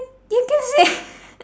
you can say